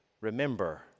remember